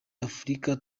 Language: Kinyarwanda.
afurika